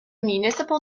municipal